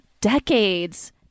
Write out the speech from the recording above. decades